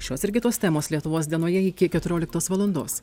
šios ir kitos temos lietuvos dienoje iki keturioliktos valandos